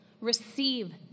Receive